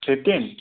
fifteen